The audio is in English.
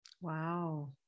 Wow